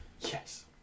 Yes